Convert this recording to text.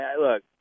Look